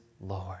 Lord